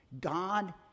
God